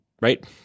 right